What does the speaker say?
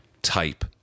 type